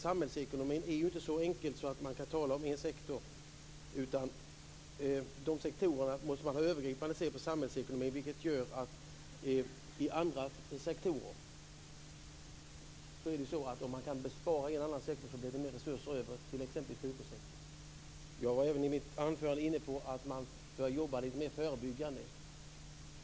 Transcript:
Samhällsekonomin är inte så enkel att man kan tala om en sektor utan man måste se på sektorerna övergripande i samhällsekonomin. Det gör att om man kan spara i en sektor blir det resurser över till t.ex. sjukvårdssektorn. Jag var även i mitt anförande inne på att man bör jobba lite mer förebyggande.